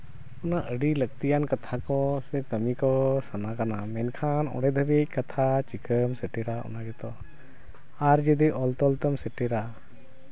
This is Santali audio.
ᱚᱱᱟ ᱟᱹᱰᱤ ᱞᱟᱹᱠᱛᱤᱭᱟᱱ ᱠᱟᱛᱷᱟ ᱠᱚ ᱥᱮ ᱠᱟᱹᱢᱤ ᱠᱚ ᱥᱟᱱᱟ ᱠᱟᱱᱟ ᱢᱮᱱᱠᱷᱟᱱ ᱚᱸᱰᱮ ᱫᱷᱟᱹᱵᱤᱡ ᱠᱟᱛᱷᱟ ᱪᱤᱠᱟᱹᱢ ᱥᱮᱴᱮᱨᱟ ᱚᱱᱟ ᱜᱮᱛᱚ ᱟᱨ ᱡᱩᱫᱤ ᱚᱞ ᱛᱚᱞ ᱛᱮᱢ ᱥᱮᱴᱮᱨᱟ